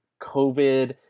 covid